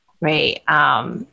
Right